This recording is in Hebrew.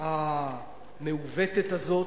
המעוותת הזאת,